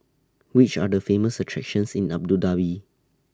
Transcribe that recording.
Which Are The Famous attractions in Abu Dhabi